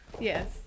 Yes